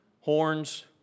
horns